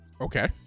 Okay